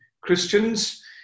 Christians